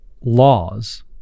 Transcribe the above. laws